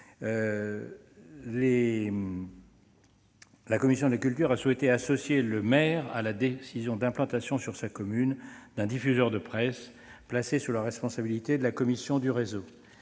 au vote de ce jour -a souhaité associer le maire à la décision d'implantation sur sa commune d'un diffuseur de presse, placée sous la responsabilité de la Commission du réseau.